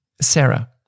Sarah